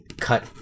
cut